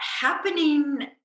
happening